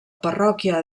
parròquia